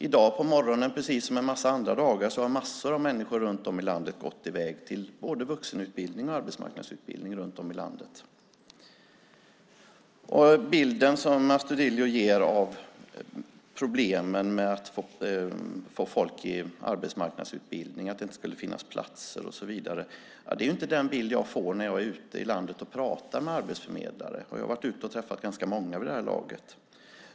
I dag på morgonen, precis som en massa andra dagar, har massor av människor runt om i landet gått i väg till både vuxenutbildning och arbetsmarknadsutbildning. Den bild som Astudillo ger av problemen med att få folk i arbetsmarknadsutbildning, att det inte skulle finnas platser och så vidare är inte den bild jag får när jag är ute i landet och pratar med arbetsförmedlare. Jag har varit ute och träffat ganska många vid det här laget.